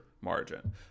margin